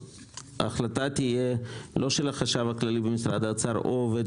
שההחלטה תהיה לא של החשב הכללי במשרד האוצר או עובד